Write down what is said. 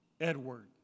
Edward